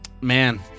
Man